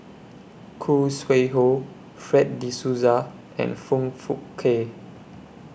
Khoo Sui Hoe Fred De Souza and Foong Fook Kay